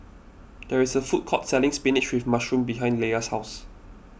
there is a food court selling Spinach with Mushroom behind Leia's house